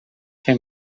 fer